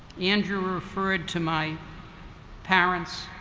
andrew referred to my parents.